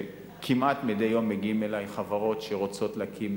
כמעט מדי יום מגיעות אלי חברות שרוצות להקים